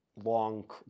long